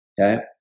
okay